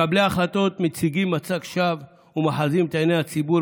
מקבלי ההחלטות מציגים מצג שווא ומאחזים את עיני הציבור